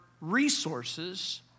resources